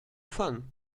fun